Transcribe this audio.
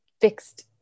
fixed